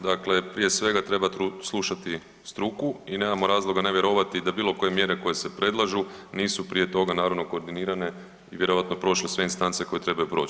Dakle, prije svega treba slušati struku i nemamo razloga ne vjerovati da bilo koje mjere koje se predlažu nisu prije toga naravno koordinirane i vjerojatno prošle sve instance koje trebaju proći.